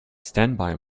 standby